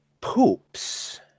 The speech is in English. poops